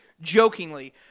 jokingly